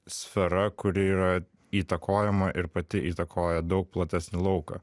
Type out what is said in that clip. sfera kuri yra įtakojama ir pati įtakoja daug platesnį lauką